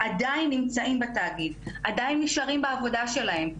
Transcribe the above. עדיין נמצאים בתאגיד ונשארים בעבודה שלהם.